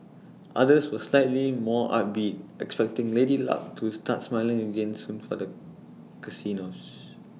others were slightly more upbeat expecting lady luck to start smiling again soon for the casinos